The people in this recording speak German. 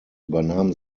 übernahm